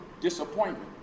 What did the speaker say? disappointment